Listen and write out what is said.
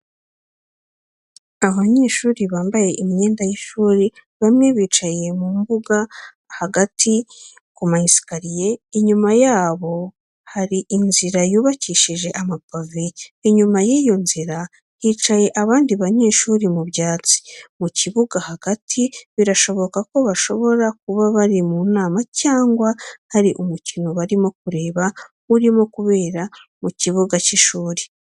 Abanyeshuri bambaye imyenda y'ishuri bamwe bicaye mumbuga hagati kumayesikariye inyuma yabo hari inzira yubakishije amapave inyuma yiyo nzira hicaye abandi banyeshuri mu byatsi, mu kibuga hagati birashoboka ko bashobora kuba bari mu nama cyangwa hari umukino barimo kureba urimo kubera ku kibuga cy'ishuri.